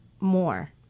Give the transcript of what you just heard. more